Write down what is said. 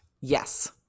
Yes